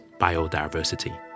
biodiversity